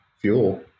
fuel